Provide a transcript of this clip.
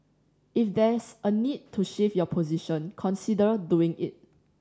if there's a need to shift your position consider doing it